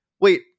wait